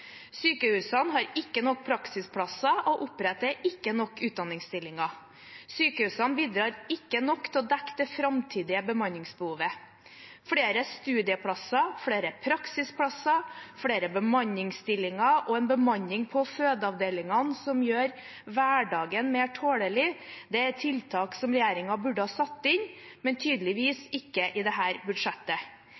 Sykehusene har ikke nok praksisplasser og oppretter ikke nok utdanningsstillinger. Sykehusene bidrar ikke nok til å dekke det framtidige bemanningsbehovet. Flere studieplasser, flere praksisplasser, flere bemanningsstillinger og en bemanning på fødeavdelingene som gjør hverdagen mer tålelig, er tiltak som regjeringen burde ha satt inn – men tydeligvis